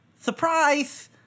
Surprise